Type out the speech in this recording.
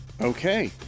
Okay